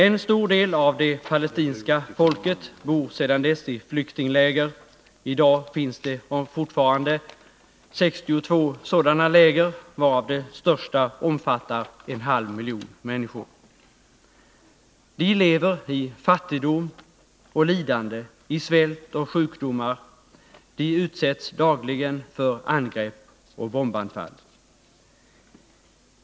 En stor del av det palestinska folket bor sedan dess i flyktingläger — i dag finns det fortfarande 62 sådana läger, varav det största hyser en halv miljon människor. De lever i fattigdom och lidande, i svält och sjukdomar, de utsätts dagligen för angrepp och bombanfall.